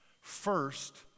First